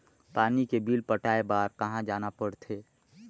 पानी के बिल पटाय बार कहा जाना पड़थे?